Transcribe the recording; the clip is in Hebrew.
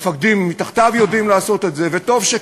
המפקדים מתחתיו יודעים לעשות את זה, וטוב שכך.